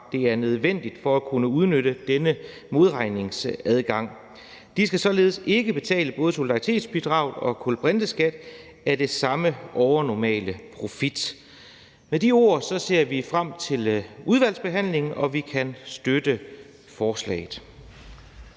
det er nødvendigt for at kunne udnytte denne modregningsadgang. De skal således ikke betale både solidaritetsbidraget og kulbrinteskat af den samme overnormale profit. Med de ord ser vi frem til udvalgsbehandlingen, og vi kan støtte forslaget.